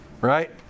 right